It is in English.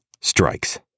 strikes